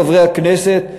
חברי הכנסת,